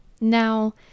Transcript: now